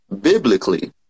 biblically